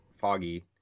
Foggy